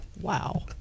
Wow